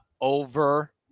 over